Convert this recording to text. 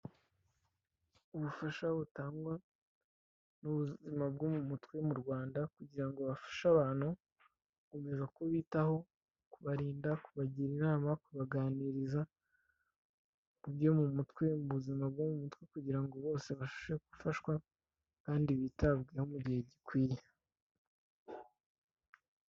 Ubufasha butangwa n'ubuzima bwo mu mutwe mu Rwanda kugira ngo bafashe abantu gukomeza kubitaho, kubarinda, kubagira inama, kubaganiriza ku byo mu mutwe mu buzima bwo mu mutwe kugira ngo bose babashe gufashwa kandi bitabweho mu gihe gikwiye.